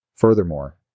Furthermore